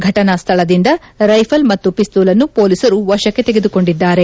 ಫಟನಾ ಸ್ಥಳದಿಂದ ರೈಫಲ್ ಮತ್ತು ಪಿಸ್ತೂಲನ್ನು ಪೊಲೀಸರು ವಶಕ್ಕೆ ತೆಗೆದುಕೊಂಡಿದ್ದಾರೆ